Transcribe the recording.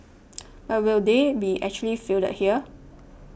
but will they be actually fielded here